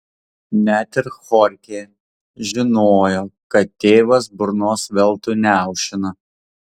net ir chorchė žinojo kad tėvas burnos veltui neaušina